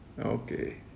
okay